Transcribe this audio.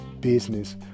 business